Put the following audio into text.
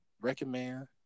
recommend